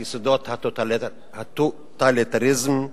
"יסודות הטוטליטריזם",